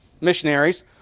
missionaries